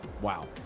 wow